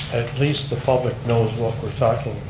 least the public knows what we're talking